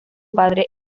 padre